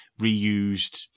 reused